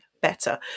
better